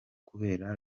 kubera